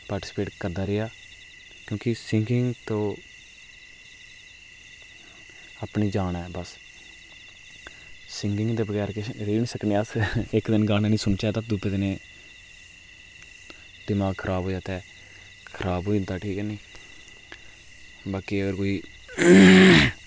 participate करदा रेहा क्योंकि सिंगिंग तो अपनी जान ऐ बस सिंगिंग दे बगैर अस रेही निं सकने किश इक दिन गाने निं सुनचै ते दुऐ दिन दमाग खराब हो जाता ऐ खराब होई जंदा ठीक ऐ निं बाकी ऐ कोई